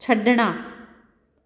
ਛੱਡਣਾ